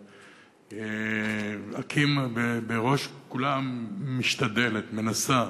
ואקי"ם בראש כולם משתדלת, מנסה,